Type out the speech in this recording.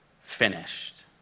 finished